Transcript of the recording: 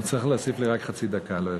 אתה צריך להוסיף לי רק חצי דקה, לא יותר.